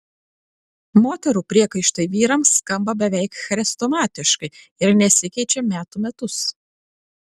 moterų priekaištai vyrams skamba beveik chrestomatiškai ir nesikeičia metų metus